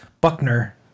Buckner